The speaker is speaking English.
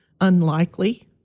unlikely